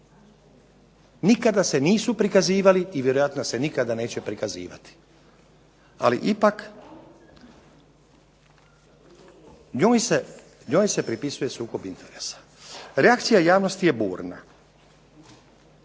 Nikada se nisu prikazivali i vjerojatno se nikada neće prikazivati. Ali ipak njoj se pripisuje sukob interesa. Reakcija javnosti je burna.